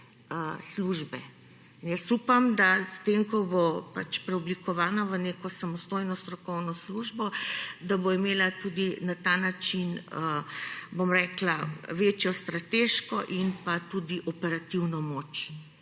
službe in jaz upam, da s tem, ko bo preoblikovana v neko samostojno strokovno službo, da bo imela tudi na ta način, bom rekla, večjo strateško in pa tudi operativno moč.